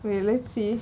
wait let's see